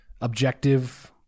objective